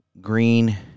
green